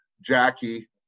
jackie